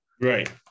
Right